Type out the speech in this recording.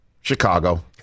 Chicago